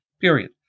period